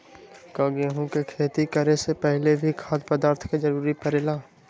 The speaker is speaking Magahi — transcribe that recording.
का गेहूं के खेती करे से पहले भी खाद्य पदार्थ के जरूरी परे ले?